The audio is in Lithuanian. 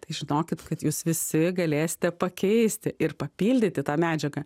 tai žinokit kad jūs visi galėsite pakeisti ir papildyti tą medžiagą